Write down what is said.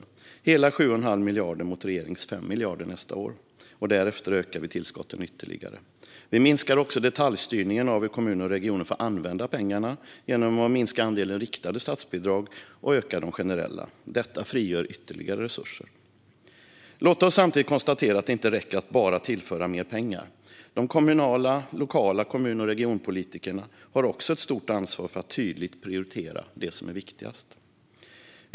Vi tillför hela 7,5 miljarder mot regeringens 5 miljarder nästa år, och därefter ökar vi tillskotten ytterligare. Vi minskar också detaljstyrningen av hur kommuner och regioner får använda pengarna genom att minska andelen riktade statsbidrag och öka de generella. Detta frigör ytterligare resurser. Låt oss samtidigt konstatera att det inte räcker att bara tillföra mer pengar. De lokala kommun och regionpolitikerna har också ett stort ansvar för att tydligt prioritera det som är viktigast.